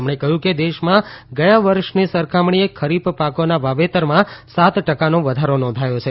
તેમણે કહ્યું કે દેશમાં ગયા વર્ષની સરખામણીએ ખરીફ પાકોના વાવેતરમાં સાત ટકાનો વધારો નોંધાયો છે